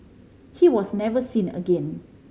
he was never seen again